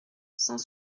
cent